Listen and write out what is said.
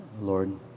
Lord